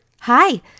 Hi